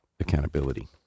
accountability